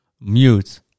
mute